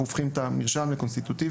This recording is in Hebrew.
אנחנו הופכים את המרשם לקונסטיטוטיבי,